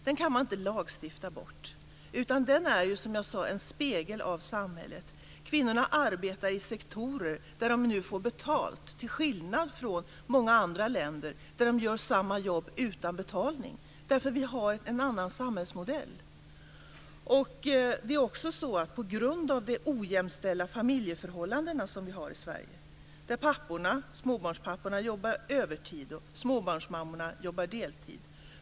Den kan man inte lagstifta bort, utan den är, som jag sade, en spegel av samhället. Kvinnorna arbetar i sektorer där de nu får betalt, till skillnad mot i många andra länder där de gör samma jobb utan betalning. Vi har en annan samhällsmodell. Vi har vidare ojämställda familjeförhållanden i Sverige, där småbarnspapporna jobbar övertid och småbarnsmammorna arbetar deltid.